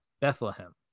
Bethlehem